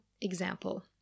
example